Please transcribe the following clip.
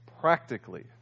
practically